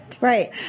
Right